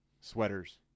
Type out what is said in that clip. sweaters